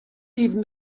even